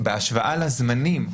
בהשוואה לזמנים,